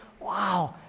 wow